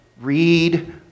Read